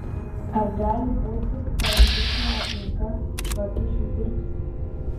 ar gali būti palankesnė aplinka vagišiui dirbti